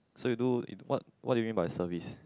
so you do you do what what do you mean by service